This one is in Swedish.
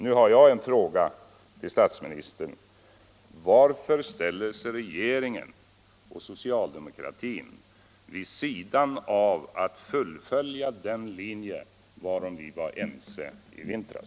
Nu har jag en fråga till statsministern: Varför ställer sig regeringen och socialdemokratin vid sidan av att fullfölja den linje varom vi var ense i vintras?